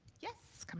yes.